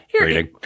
reading